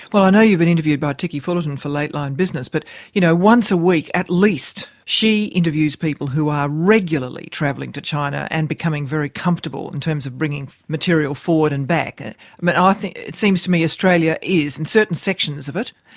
well, i know you've been interviewed by ticky fullerton for lateline business, but you know once a week at least she interviews people who are regularly traveling to china and becoming very comfortable in terms of bringing material forward and back. and but it seems to me australia is, in certain sections of it,